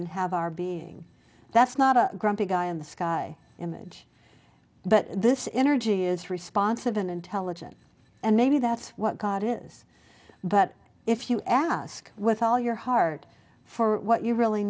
and have our being that's not a grumpy guy in the sky image but this inner g is responsive and intelligent and maybe that's what god is but if you ask with all your heart for what you really